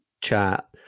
chat